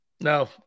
no